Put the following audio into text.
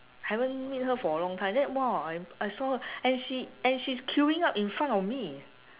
haven't meet her for a long time and then !wah! I saw her and she and she is queuing up in front of me